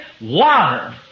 water